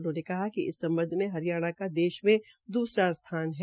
उन्होंने कहा कि इस सम्बध में हरियाणा का द्श में दूसरा स्थान है